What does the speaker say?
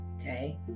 Okay